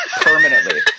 Permanently